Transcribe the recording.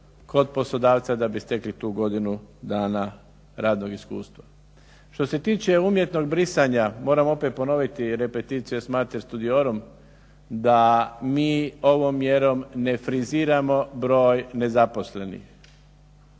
kod poslodavca da bi stekli tu godinu dana radnog iskustva. Što se tiče umjetnog brisanja, moramo opet ponoviti "Repetitio est mater studiorum" da mi ovom mjerom ne friziramo broj nezaposlenih.